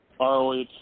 ROH